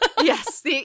Yes